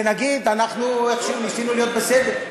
ונגיד: אנחנו איכשהו ניסינו להיות בסדר.